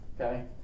okay